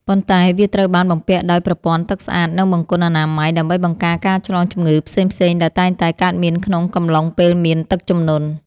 ប៉ុន្តែវាត្រូវបានបំពាក់ដោយប្រព័ន្ធទឹកស្អាត និងបង្គន់អនាម័យ ដើម្បីបង្ការការឆ្លងជំងឺផ្សេងៗដែលតែងតែកើតមានក្នុងកំឡុងពេលមានទឹកជំនន់។